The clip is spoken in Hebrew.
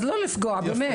אז לא לפגוע, באמת.